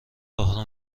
راهرو